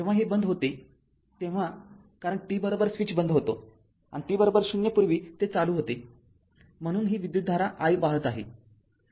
जेव्हा हे बंद होते तेव्हा कारण t स्विच बंद होता आणि t ० पूर्वी ते चालू होते म्हणून ही विद्युतधारा i वाहत आहे